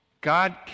God